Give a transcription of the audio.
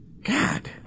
God